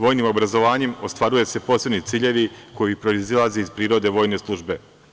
Vojnim obrazovanjem ostvaruju se posebni ciljevi koji proizilaze iz prirode vojne službe.